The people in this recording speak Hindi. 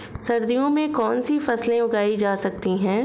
सर्दियों में कौनसी फसलें उगाई जा सकती हैं?